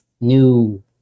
new